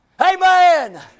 Amen